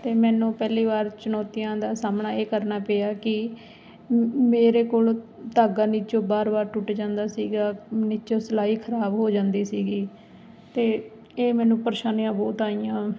ਅਤੇ ਮੈਨੂੰ ਪਹਿਲੀ ਵਾਰ ਚੁਣੌਤੀਆਂ ਦਾ ਸਾਹਮਣਾ ਇਹ ਕਰਨਾ ਪਿਆ ਕਿ ਮੇਰੇ ਕੋਲ ਧਾਗਾ ਨੀਚੋ ਬਾਰ ਬਾਰ ਟੁੱਟ ਜਾਂਦਾ ਸੀਗਾ ਨੀਚੋ ਸਿਲਾਈ ਖਰਾਬ ਹੋ ਜਾਂਦੀ ਸੀਗੀ ਅਤੇ ਇਹ ਮੈਨੂੰ ਪਰੇਸ਼ਾਨੀਆਂ ਬਹੁਤ ਆਈਆਂ